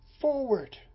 forward